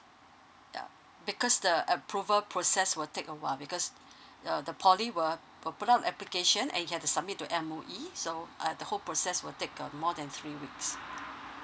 ya because the approval process will take awhile because uh the poly were put on application and you have to submit to M_O_E so uh the whole process will take uh more than three weeks